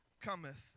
cometh